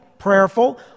prayerful